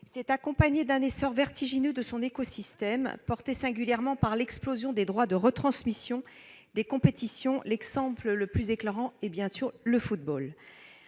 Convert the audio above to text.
s'est accompagnée d'un essor vertigineux de son écosystème, porté singulièrement par l'explosion des droits de retransmission des compétitions- l'exemple le plus éclairant à cet égard est